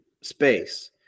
space